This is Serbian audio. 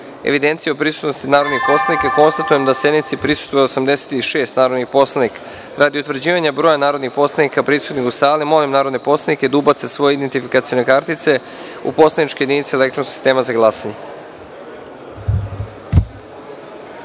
evidencije o prisutnosti narodnih poslanika, konstatujem da sednici prisustvuje 86 narodnih poslanika. Radi utvrđivanja broja narodnih poslanika prisutnih u sali, molim narodne poslanike da ubace svoje identifikacione kartice u poslaničke jedinice elektronskog sistema za